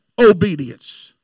Obedience